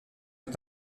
est